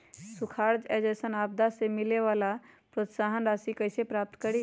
सुखार जैसन आपदा से मिले वाला प्रोत्साहन राशि कईसे प्राप्त करी?